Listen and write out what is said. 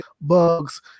bugs